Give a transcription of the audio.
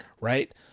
right